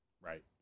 Right